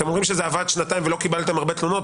אתם אומרים שזה עבד שנתיים ולא קיבלתם הרבה תלונות,